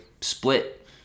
split